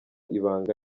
ibanga